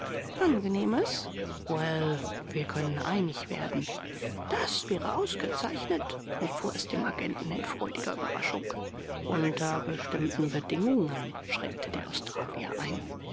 angenehmes well wir können einig werden das wäre ausgezeichnet entfuhr es dem agenten in freudiger überraschung unter bestimmten bedingungen schränkte der australier ein